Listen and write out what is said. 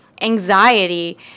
Anxiety